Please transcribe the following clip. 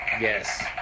Yes